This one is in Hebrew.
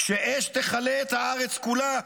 כשאש תכלה את הארץ כולה?